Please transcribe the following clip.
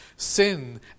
Sin